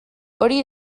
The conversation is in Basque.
hori